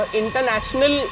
international